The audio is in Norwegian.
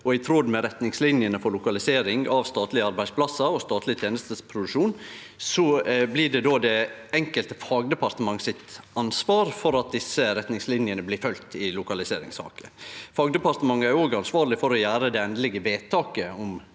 I tråd med retningslinjene for lokalisering av statlege arbeidsplassar og statleg tenesteproduksjon blir det då det enkelte fagdepartement sitt ansvar at desse retningslinjene blir følgde i lokaliseringssaker. Fagdepartementet er òg ansvarleg for å gjere det endelege vedtaket om